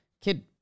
Kid